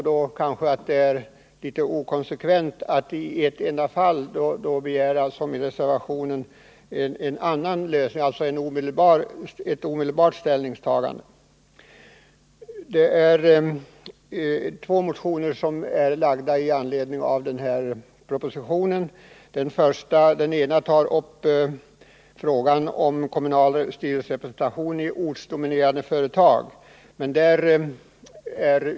Därför är det inkonsekvent att, som det görs i reservationen, begära ett omedelbart ställningstagande i ett enda fall. I anslutning till propositionen behandlas två motioner väckta under den allmänna motionstiden. Den ena tar upp frågan om kommunal styrelsere presentation i ortsdominerande företag.